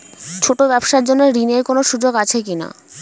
ছোট ব্যবসার জন্য ঋণ এর কোন সুযোগ আছে কি না?